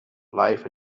life